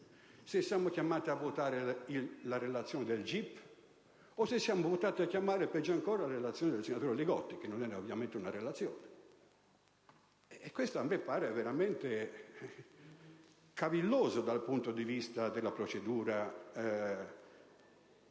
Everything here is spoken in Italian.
se saremo chiamati a votare la relazione del GIP o se saremo chiamati, peggio ancora, a votare la relazione del senatore Li Gotti, che non era ovviamente una relazione. Questo a me pare veramente cavilloso dal punto di vista della procedura che